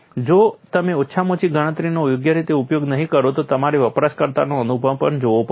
જો તમે ઓછામાં ઓછી ગણતરીનો યોગ્ય રીતે ઉપયોગ નહીં કરો તો તમારે વપરાશકર્તાનો અનુભવ પણ જોવો પડશે